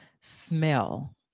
smell